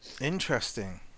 Interesting